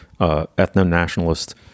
ethno-nationalist